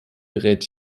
rät